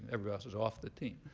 everyone else is off the team.